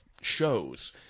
shows